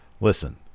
listen